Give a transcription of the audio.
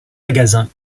magasin